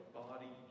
body